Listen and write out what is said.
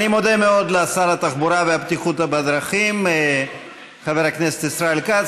אני מודה מאוד לשר התחבורה והבטיחות בדרכים חבר הכנסת ישראל כץ.